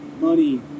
money